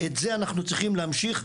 את זה אנחנו צריכים להמשיך,